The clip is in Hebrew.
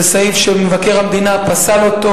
זה סעיף שמבקר המדינה פסל אותו.